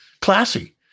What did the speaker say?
classy